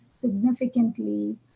significantly